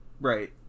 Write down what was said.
Right